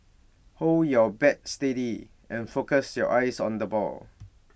hold your bat steady and focus your eyes on the ball